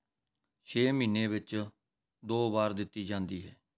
ਛੇ ਮਹੀਨੇ ਵਿੱਚ ਦੋ ਵਾਰ ਦਿੱਤੀ ਜਾਂਦੀ ਹੈ